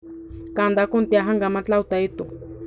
कांदा कोणत्या हंगामात लावता येतो?